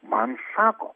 man sako